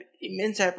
immense